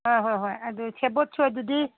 ꯍꯣꯏ ꯍꯣꯏ ꯍꯣꯏ ꯁꯦꯕꯣꯠꯁꯨ ꯑꯗꯨꯗꯤ